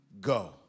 go